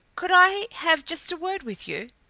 could i have just a word with you?